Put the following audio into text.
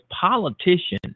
politician